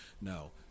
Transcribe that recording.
No